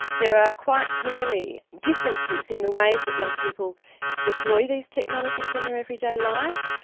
there are quite clearly differences in the ways that young people deploy these technologies in their everyday lives,